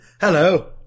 Hello